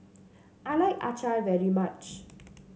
I like Acar very much